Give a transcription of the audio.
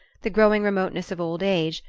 the growing remoteness of old age,